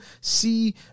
see